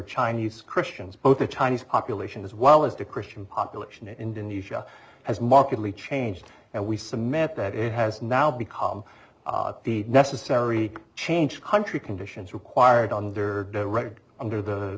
chinese christians both the chinese population as well as the christian population in indonesia has markedly changed and we submit that it has now become necessary change country conditions required under